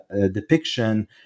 depiction